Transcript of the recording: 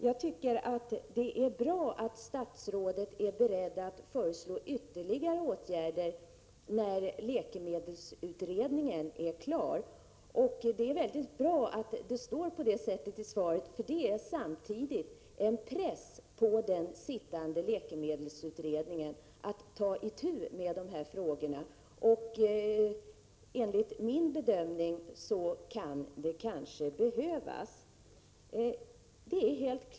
Jag tycker det är bra att statsrådet är beredd att föreslå ytterligare åtgärder när läkemedelsutredningen är klar. Det är väldigt bra att det står på det sättet i svaret, för det är samtidigt en press på den sittande läkemedelsutredningen att ta itu med de här frågorna — och enligt min bedömning kan det kanske behövas.